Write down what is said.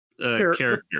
character